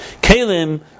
Kalim